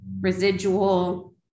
residual